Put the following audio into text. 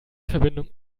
verbindung